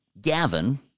Gavin